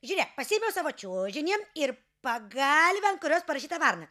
žiūrėk pasiėmiau savo čiužinį ir pagalvę ant kurios parašyta varna